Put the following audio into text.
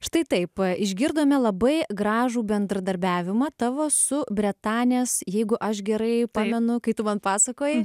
štai taip išgirdome labai gražų bendradarbiavimą tavo su bretanės jeigu aš gerai pamenu kai tu man pasakojai